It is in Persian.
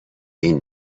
این